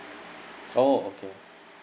oh okay